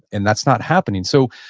and that's not happening. so,